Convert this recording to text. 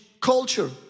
culture